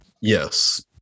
Yes